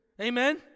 Amen